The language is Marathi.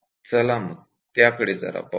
चला मग त्याकडे जरा पाहू या